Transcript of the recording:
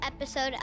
episode